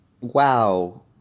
wow